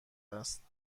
است